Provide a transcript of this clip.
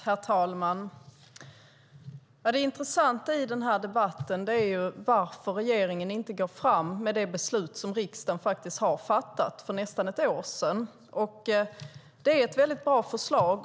Herr talman! Det intressanta i denna debatt är varför regeringen inte går fram med det beslut som riksdagen fattade för nästan ett år sedan. Det är ett bra förslag.